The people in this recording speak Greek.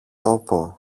τόπο